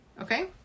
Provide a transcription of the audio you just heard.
Okay